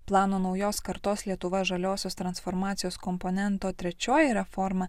plano naujos kartos lietuva žaliosios transformacijos komponento trečioji reforma